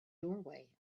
doorway